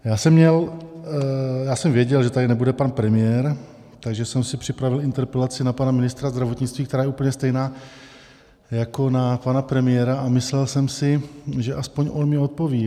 Já jsem věděl, že tady nebude pan premiér, takže jsem si připravil interpelaci na pana ministra zdravotnictví, která je úplně stejná jako na pana premiéra, a myslel jsem si, že aspoň on mně odpoví.